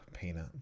peanut